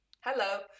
hello